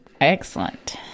Excellent